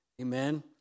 amen